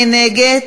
מי נגד?